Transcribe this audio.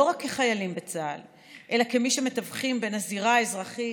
לא רק כחיילים בצה"ל אלא כמי שמתווכים בין הזירה האזרחית